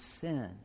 sin